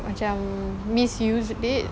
macam misused it